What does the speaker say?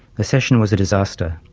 the session was a disaster.